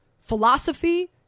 philosophy